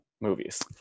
movies